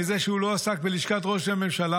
מזה שהוא לא הועסק בלשכת ראש הממשלה,